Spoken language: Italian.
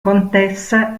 contessa